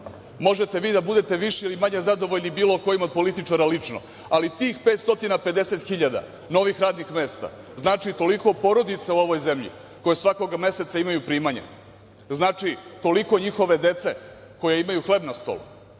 možete vi da budete više ili manje zadovoljni bilo kojim od političara lično, ali tih 550 hiljada novih radnih mesta znači toliko porodica u ovoj zemlji koje svakog meseca imaju primanja, znači toliko njihove dece koje imaju hleb na stolu.